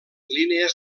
línies